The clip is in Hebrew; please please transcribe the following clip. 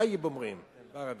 טייב, אומרים בערבית.